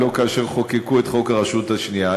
ולא כאשר חוקקו את חוק הרשות השנייה.